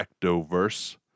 Ectoverse